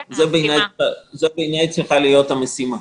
בעיניי, זו צריכה להיות המשימה.